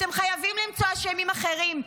אתם חייבים למצוא אשמים אחרים,